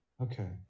Okay